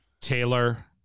Taylor